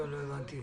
יש כמה דברים.